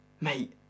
mate